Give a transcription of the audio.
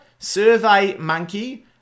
SurveyMonkey